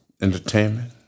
Entertainment